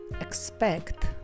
expect